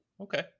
okay